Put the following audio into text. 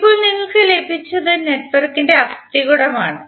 ഇപ്പോൾ നിങ്ങൾക്ക് ലഭിച്ചത് നെറ്റ്വർക്കിന്റെ അസ്ഥികൂടമാണ്